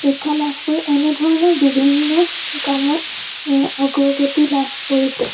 শিক্ষা লাভ কৰি এনেধৰণৰ বিভিন্ন কামত অগ্ৰগতি লাভ কৰিছে